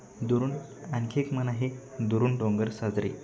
दुरुन आणखी एक म्हण आहे दुरून डोंगर साजरे